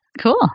cool